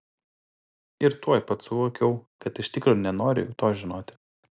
ir tuoj pat suvokiau kad iš tikro nenoriu jau to žinoti